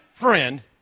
friend